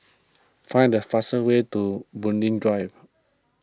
find the fast way to Bulim Drive